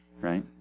right